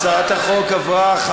הצעת החוק עברה.